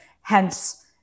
hence